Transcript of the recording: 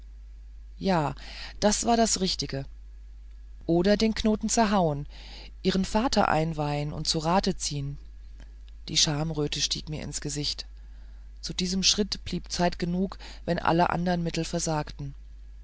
ja das war das richtige oder den knoten zerhauen ihren vater einweihen und zu rate ziehen die schamröte stieg mir ins gesicht zu diesem schritt blieb zeit genug wenn alle andern mittel versagten